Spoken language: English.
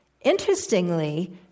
Interestingly